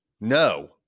No